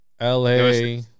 LA